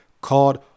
called